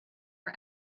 for